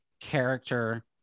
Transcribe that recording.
character